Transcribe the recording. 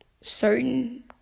certain